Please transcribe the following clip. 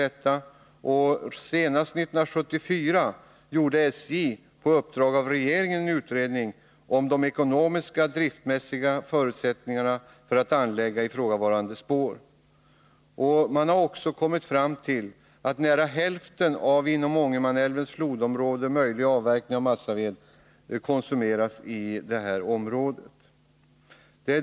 Senast 1974 gjorde SJ på uppdrag av regeringen en utredning om de ekonomiska och driftsmässiga förutsättningarna för att anlägga ifrågavarande spår. Man har också kommit fram till att nära hälften av inom Ångermanälvens flodområde möjliga avverkningar av massaved konsumeras i det här området.